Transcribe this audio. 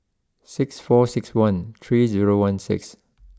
six four six one three zero one six